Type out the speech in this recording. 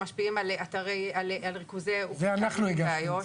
שמשפיעים על ריכוזי אוכלוסייה באיו"ש.